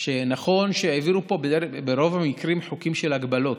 שנכון שהעבירו פה ברוב המקרים חוקים של הגבלות,